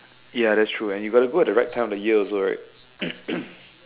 ya that's true and you got to go at the right time of the year also right